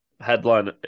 Headline